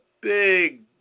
big